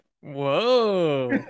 Whoa